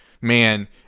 man